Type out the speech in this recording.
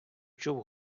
чув